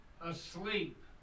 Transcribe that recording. asleep